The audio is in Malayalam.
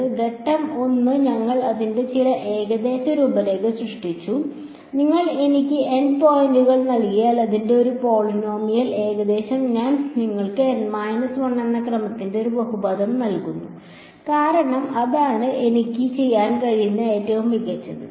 അതിനാൽ ഘട്ടം 1 ഞങ്ങൾ അതിന്റെ ചില ഏകദേശ രൂപരേഖ സൃഷ്ടിച്ചു നിങ്ങൾ എനിക്ക് N പോയിന്റുകൾ നൽകിയാൽ അതിന്റെ ഒരു പോളിനോമിയൽ ഏകദേശം ഞാൻ നിങ്ങൾക്ക് N 1 എന്ന ക്രമത്തിന്റെ ഒരു ബഹുപദം നൽകുന്നു കാരണം അതാണ് എനിക്ക് ചെയ്യാൻ കഴിയുന്ന ഏറ്റവും മികച്ചത്